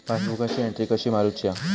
पासबुकाची एन्ट्री कशी मारुची हा?